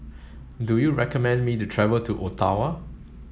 do you recommend me to travel to Ottawa